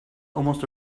almost